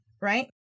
right